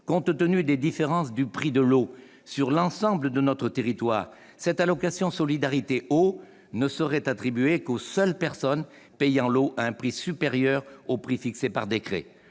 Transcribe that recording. Compte tenu des différences du prix de l'eau sur l'ensemble de notre territoire, cette « allocation solidarité eau » ne serait attribuée qu'aux seules personnes payant l'eau à un prix supérieur au prix fixé par décret.